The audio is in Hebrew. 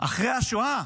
אחרי השואה,